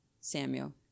Samuel